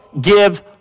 give